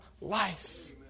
life